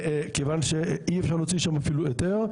כיוון שאי אפשר להוציא שם אפילו היתר.